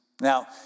Now